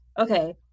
okay